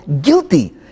guilty